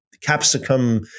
capsicum